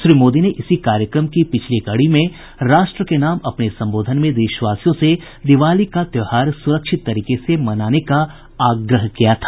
श्री मोदी ने इसी कार्यक्रम की पिछली कड़ी में राष्ट्र के नाम अपने सम्बोधन में देशवासियों से दिवाली का त्यौहार सुरक्षित तरीके से मनाने का आग्रह किया था